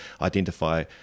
identify